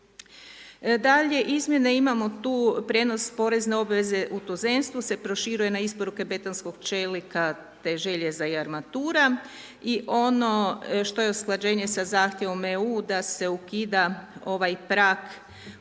Dalje, izmjene imamo tu prijenos porezne obveze u tuzemstvu se proširuje na isporuke betonskog čelika, te željeza i armatura i ono što je usklađenje sa zahtjevom EU da se ukida ovaj prag